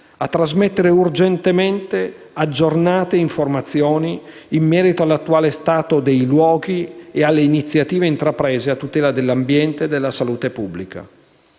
a trasmettere urgentemente informazioni aggiornate in merito all'attuale stato dei luoghi e alle iniziative intraprese a tutela dell'ambiente e della salute pubblica.